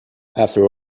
after